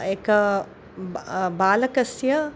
एक बा बालकस्य